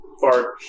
far